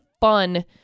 fun